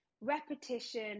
repetition